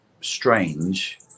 strange